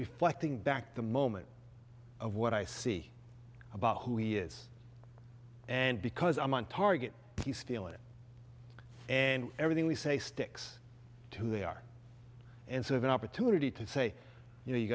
reflecting back the moment of what i see about who he is and because i'm on target he's feeling it and everything we say sticks to they are and sort of an opportunity to say you know you